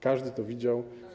Każdy to widział.